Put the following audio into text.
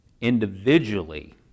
Individually